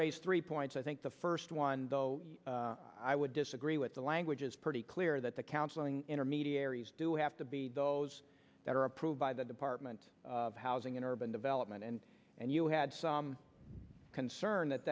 raise three points i think the first one though i would disagree with the language is pretty clear that the counseling intermediaries do have to be those that are approved by the department of housing and urban development and and you had some concern that